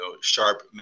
sharp